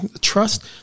trust